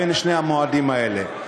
בין שני המועדים האלה.